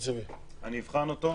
אני אבחן אותו.